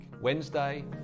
Wednesday